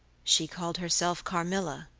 she called herself carmilla?